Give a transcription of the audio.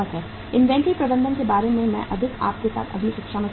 inventory प्रबंधन के बारे में अधिक मैं आपके साथ अगली कक्षा में चर्चा करूंगा